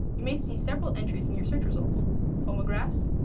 you may see several entries in your search results homographs,